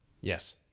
yes